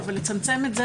אבל לצמצם את זה?